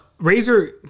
Razer